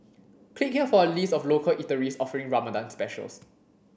click here for a list of local eateries offering Ramadan specials